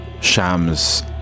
Shams